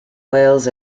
wales